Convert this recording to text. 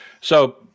So-